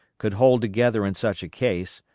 could hold together in such a case,